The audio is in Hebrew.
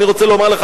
אני רוצה לומר לך,